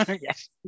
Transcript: yes